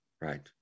Right